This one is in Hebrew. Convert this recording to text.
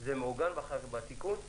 זה מעוגן בתיקון הזה?